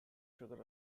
sugar